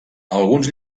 alguns